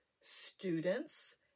students